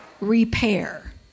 repair